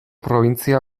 probintzia